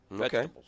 Okay